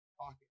pocket